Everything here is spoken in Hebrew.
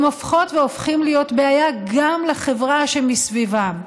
הם הופכות והופכים להיות בעיה גם לחברה שמסביבם.